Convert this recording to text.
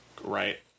Right